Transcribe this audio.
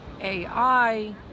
AI